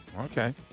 Okay